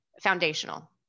foundational